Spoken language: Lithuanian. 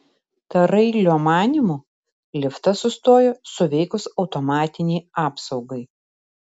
tarailio manymu liftas sustojo suveikus automatinei apsaugai